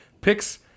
picks